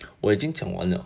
我已经讲完了